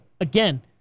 again